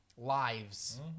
Lives